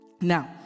now